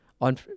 on